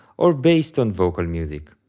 or based on vocal music.